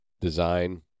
design